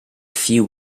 few